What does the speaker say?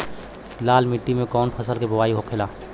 लाल मिट्टी में कौन फसल के बोवाई होखेला?